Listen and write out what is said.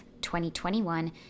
2021